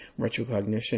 Retrocognition